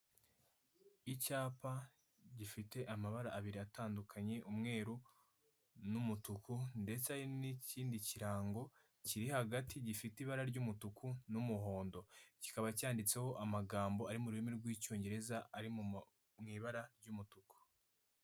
Icyapa gifite amabara abiri atandukanye Umweru n'Umutuku ndetse hari n'ikindi kirango kiri hagati gifite ibara ry'Umutuku n'Umuhondo, kikaba cyanditseho amagambo ari mururimi rwicyongereza ari mw'ibara ry'Umutuku.